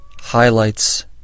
highlights